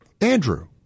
Andrew